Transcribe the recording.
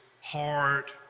hard